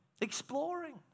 Exploring